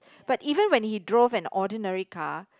but even when he drove an ordinary car